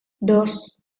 dos